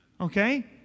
okay